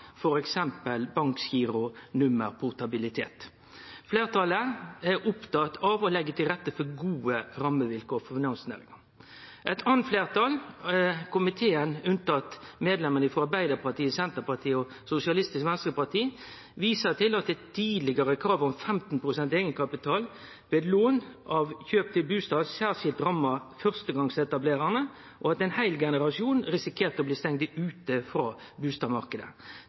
Fleirtalet er opptatt av å leggje til rette for gode rammevilkår for finansnæringa. Eit anna fleirtal – komiteen unntatt medlemane frå Arbeidarpartiet, Senterpartiet og Sosialistisk Venstreparti – viser til at det tidligare kravet om 15 pst. eigenkapital ved lån til kjøp av bustad særskilt ramma førstegongsetablerarane, og at ein heil generasjon risikerte å bli stengd ute frå